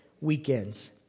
weekends